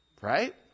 Right